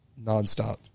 nonstop